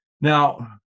Now